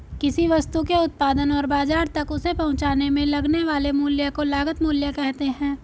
किसी वस्तु के उत्पादन और बाजार तक उसे पहुंचाने में लगने वाले मूल्य को लागत मूल्य कहते हैं